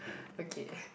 okay